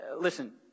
listen